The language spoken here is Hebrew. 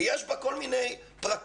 ויש בה כל מיני פרטים,